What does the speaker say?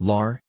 Lar